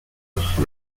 associate